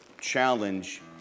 challenge